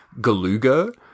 Galuga